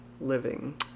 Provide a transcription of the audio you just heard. living